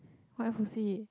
what if you see